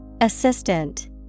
Assistant